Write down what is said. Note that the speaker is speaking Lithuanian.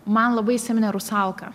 man labai įsiminė rusalka